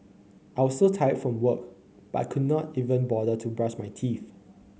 I was so tired from work but I could not even bother to brush my teeth